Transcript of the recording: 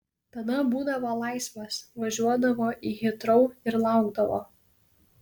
tada būdavo laisvas važiuodavo į hitrou ir laukdavo